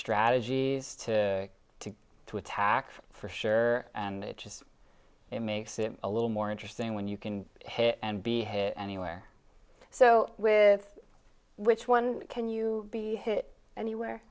strategies to to to attacks for sure and it just makes it a little more interesting when you can hit and be anywhere so with which one can you be hit anywhere